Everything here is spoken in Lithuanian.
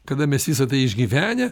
kada mes visa tai išgyvenę